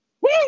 Woo